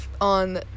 on